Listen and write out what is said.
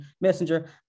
messenger